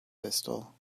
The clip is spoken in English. pistol